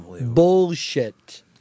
Bullshit